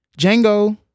Django